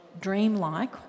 dreamlike